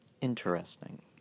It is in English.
interesting